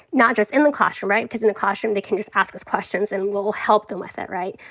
not just in the classroom, right. cause in the classroom they can just ask us questions and we'll help them with it, right.